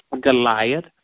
Goliath